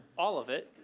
all of it.